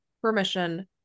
permission